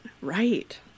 Right